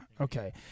Okay